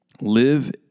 Live